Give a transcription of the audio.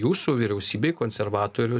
jūsų vyriausybei konservatorių